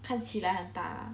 看起来很大